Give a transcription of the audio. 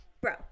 bro